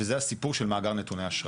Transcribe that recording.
וזה הסיפור של מאגר נתוני אשראי.